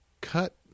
cut